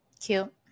Cute